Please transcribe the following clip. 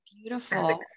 beautiful